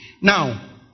Now